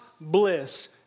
bliss